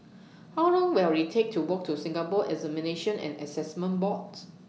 How Long Will IT Take to Walk to Singapore Examinations and Assessment Boards